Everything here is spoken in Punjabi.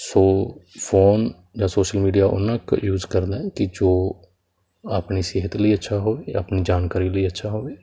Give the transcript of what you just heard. ਸੋ ਫੋਨ ਜਾਂ ਸੋਸ਼ਲ ਮੀਡੀਆ ਓਨਾਂ ਕੁ ਯੂਜ ਕਰਦਾ ਕਿ ਜੋ ਆਪਣੀ ਸਿਹਤ ਲਈ ਅੱਛਾ ਹੋਵੇ ਆਪਣੀ ਜਾਣਕਾਰੀ ਲਈ ਅੱਛਾ ਹੋਵੇ